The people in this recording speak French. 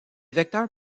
vecteurs